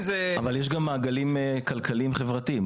אבל, יש גם מעגלים כלכליים חברתיים.